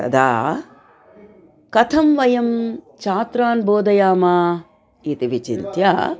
तदा कथं वयं छात्रान् बोधयामः इति विचिन्त्य